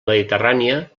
mediterrània